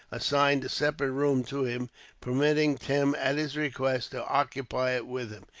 assigned a separate room to him permitting tim, at his request, to occupy it with him.